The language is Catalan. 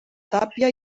tàpia